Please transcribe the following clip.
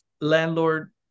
landlord